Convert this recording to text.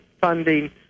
funding